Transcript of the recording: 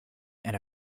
and